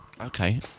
Okay